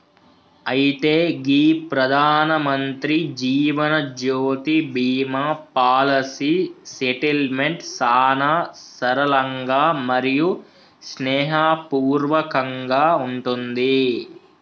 అయితే గీ ప్రధానమంత్రి జీవనజ్యోతి బీమా పాలసీ సెటిల్మెంట్ సానా సరళంగా మరియు స్నేహపూర్వకంగా ఉంటుంది